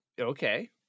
Okay